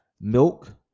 milk